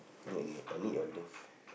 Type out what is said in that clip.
your n~ I need your love